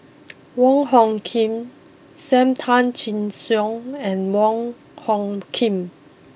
Wong Hung Khim Sam Tan Chin Siong and Wong Hung Khim